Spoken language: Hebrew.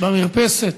במרפסת,